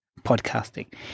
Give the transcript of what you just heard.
podcasting